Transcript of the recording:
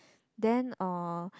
then uh